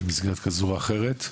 ובמסגרת כזאת או אחרת.